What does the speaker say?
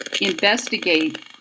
investigate